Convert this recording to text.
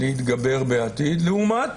להתגבר בעתיד, לעומת